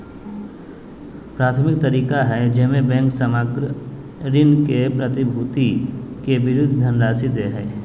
प्राथमिक तरीका हइ जेमे बैंक सामग्र ऋण के प्रतिभूति के विरुद्ध धनराशि दे हइ